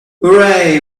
hooray